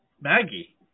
Maggie